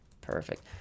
Perfect